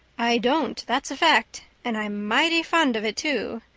i don't, that's a fact, and i'm mighty fond of it, too.